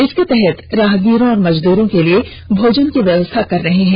इसके तहत राहगीरों और मजदूरो के लिए भोजन की व्यवस्था कर रहे हैं